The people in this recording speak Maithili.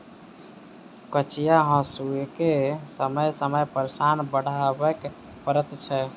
कचिया हासूकेँ समय समय पर सान चढ़बय पड़ैत छै